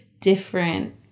different